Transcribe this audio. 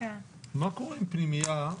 מה קורה עם פנימייה,